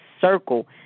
circle